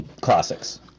Classics